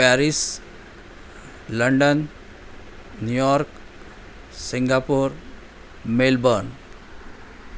Paris London New York Singapore Melbourne